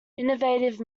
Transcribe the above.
innovative